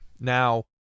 now